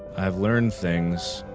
i've learned things,